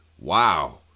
wow